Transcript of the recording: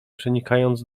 przenikając